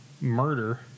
murder